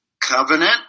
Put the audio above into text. Covenant